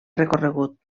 recorregut